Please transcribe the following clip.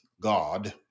God